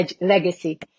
legacy